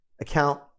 account